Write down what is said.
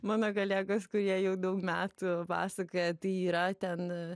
mano kolegos kurie jau daug metų pasakoja tai yra ten